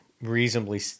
reasonably